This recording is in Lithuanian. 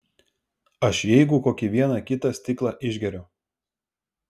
aš jeigu kokį vieną kitą stiklą išgeriu